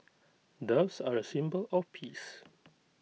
doves are A symbol of peace